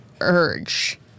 urge